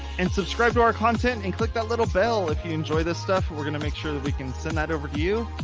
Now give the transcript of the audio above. and subscribe to our content and click that little bell if you enjoy this stuff and we're going to make sure that we can send that over to you.